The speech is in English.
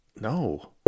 No